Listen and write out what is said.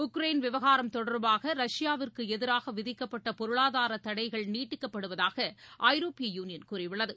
Ukraine விவகாரம் தொடர்பாக ரஷ்யாவிற்கு எதிராக விதிக்கப்பட்ட பொருளாதார தடைகள் நீட்டிக்கப்படுவதாக ஐரோப்பிய யூனியன் கூறியுள்ளது